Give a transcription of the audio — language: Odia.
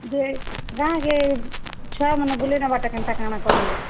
ଯେ ଗାଁକେ ଛୁଆମାନ୍କେ ବୁଲେଇ ନେବାଟା କେନ୍ତା କାଣା କର୍ମା